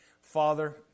Father